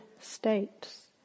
states